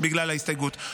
בגלל ההסתייגות.